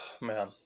man